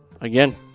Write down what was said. again